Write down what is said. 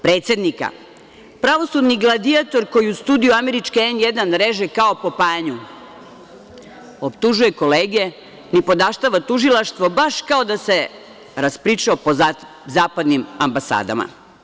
Pravosudni gladijator koji u studiju američke N1 reže kao po panju, optužuje kolege, nipodaštava tužilaštvo, baš kao da se raspričao po zapadnim ambasadama.